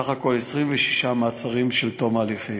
סך הכול 26 מעצרים עד תום ההליכים.